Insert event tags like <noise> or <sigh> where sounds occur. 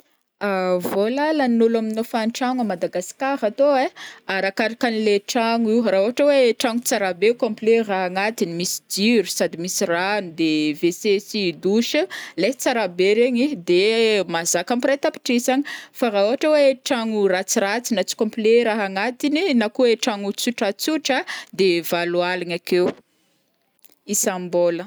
<hesitation> vola lanin'ôlo amin'ny hofantragno à Madagascar atô ai, arakarakan' le tragno io, raha ohatra hoe tragno tsara be complet raha agnatiny, misy jiro sady misy rano de WC sy douche leha tsara be regny de mahazaka ampy iray tapitrisa agny, fa raha ohatra hoe tragno ratsiratsy na tsy complet raha agnatiny na koa hoe tragno tsotratsotra de valo aligna akeo isam-bolagna.